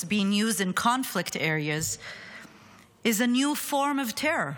being used in conflict areas is a new form of terror,